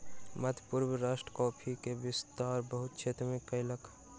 मध्य पूर्वी राष्ट्र कॉफ़ी के विस्तार बहुत क्षेत्र में कयलक